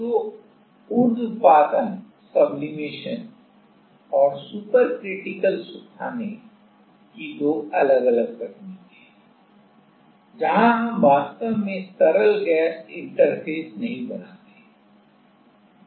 तो उर्ध्वपातन sublimation sublimation और सुपरक्रिटिकल सुखाने की दो अलग अलग तकनीकें हैं जहां हम वास्तव में तरल गैस इंटरफ़ेस नहीं बनाते हैं